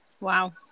Wow